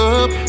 up